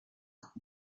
parc